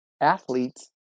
athletes